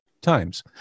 times